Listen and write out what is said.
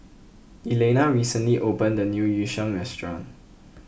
Elaina recently opened a new Yu Sheng restaurant